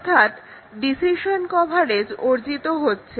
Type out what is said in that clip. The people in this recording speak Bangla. অর্থাৎ ডিসিশন কভারেজ অর্জিত হচ্ছে